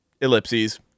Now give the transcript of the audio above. ellipses